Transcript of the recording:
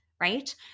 right